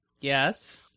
Yes